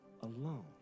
alone